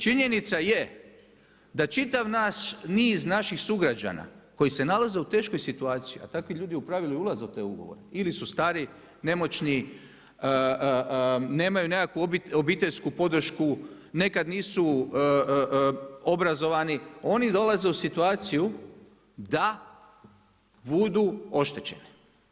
Činjenica je da čitav niz naš sugrađana koji se nalaze u teškoj situaciji a takvi ljudi u pravilu i ulaze u te ugovore ili su stari, nemoćni, nemaju nekakvu obiteljsku podršku, nekad nisu obrazovani, oni dolaze u situaciju da budu oštećeni.